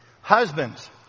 Husbands